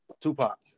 Tupac